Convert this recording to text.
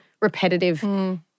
repetitive